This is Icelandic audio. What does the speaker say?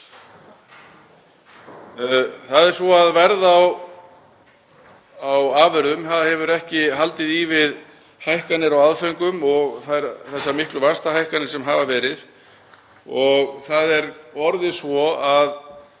Það er svo að verð á afurðum hefur ekki haldið í við hækkanir á aðföngum og þessar miklu vaxtahækkanir sem hafa verið. Það er orðið svo að